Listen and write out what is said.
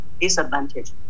disadvantage